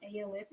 ALS